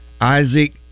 Isaac